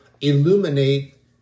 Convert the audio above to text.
illuminate